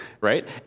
right